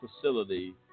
facility